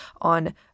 on